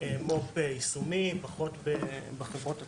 במו"פ יישומיים, פחות בחברות עצמן.